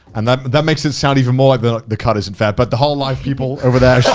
and that that makes it sound even more like the the cut isn't fair, but the hololive people over there,